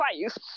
twice